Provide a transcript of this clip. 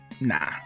Nah